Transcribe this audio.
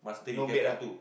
no bed ah